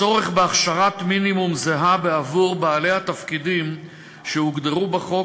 הצורך בהכשרת מינימום זהה בעבור בעלי התפקידים שהוגדרו בחוק